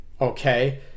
okay